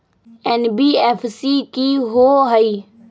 NBFC कि होअ हई?